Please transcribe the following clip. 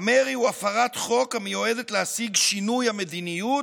המרי הוא הפרת חוק המיועדת להשיג שינוי מדיניות,